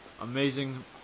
amazing